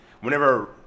whenever